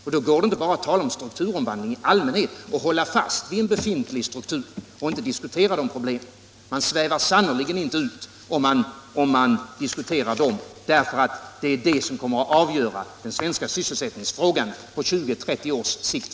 Och då går det inte att bara tala om strukturomvandling i största allmänhet och hålla fast vid en befintlig struktur, utan man måste diskutera dessa problem. Man svävar sannerligen inte ut om man diskuterar dem, utan det är de som kommer att avgöra den svenska sysselsättningsfrågan på 20-30 års sikt.